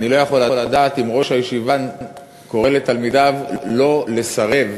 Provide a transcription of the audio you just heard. אני לא יכול לדעת אם ראש הישיבה קורא לתלמידיו לא לסרב,